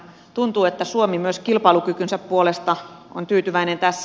tuntuu että suomi myös kilpailukykynsä puolesta on tyytyväinen tässä